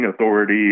authority